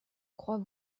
croix